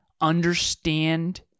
understand